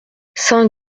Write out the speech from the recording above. saint